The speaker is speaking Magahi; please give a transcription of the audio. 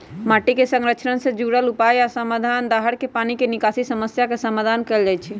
माटी के संरक्षण से जुरल उपाय आ समाधान, दाहर के पानी के निकासी समस्या के समाधान कएल जाइछइ